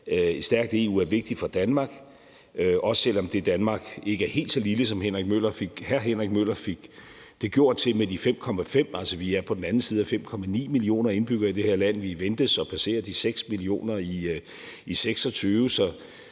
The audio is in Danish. stærkt EU er vigtigt for Danmark, også selv om det Danmark ikke er helt så lille, som hr. Henrik Møller fik gjort det til ved at sige, at vi er 5,5 millioner indbyggere – altså, vi er på den anden side af 5,9 millioner indbyggere i det her land, og vi ventes at passere de 6 millioner i 2026. Så